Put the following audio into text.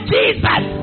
Jesus